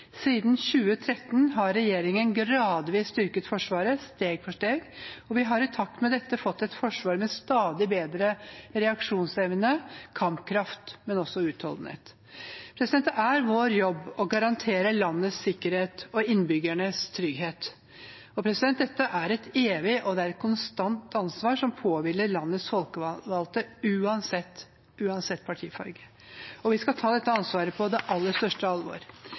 Siden 2013 har regjeringen gradvis styrket Forsvaret, steg for steg, og vi har i takt med dette fått et forsvar med stadig bedre reaksjonsevne, kampkraft, men også utholdenhet. Det er vår jobb å garantere landets sikkerhet og innbyggernes trygghet. Dette er et evig og konstant ansvar som påhviler landets folkevalgte uansett partifarge. Og vi skal ta dette ansvaret på det aller største alvor.